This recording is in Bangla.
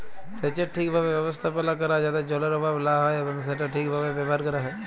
সেচের ঠিকভাবে ব্যবস্থাপালা ক্যরা যাতে জলের অভাব লা হ্যয় এবং সেট ঠিকভাবে ব্যাভার ক্যরা হ্যয়